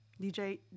DJ